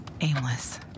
aimless